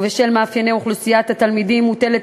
ובשל מאפייני אוכלוסיית התלמידים מוטלת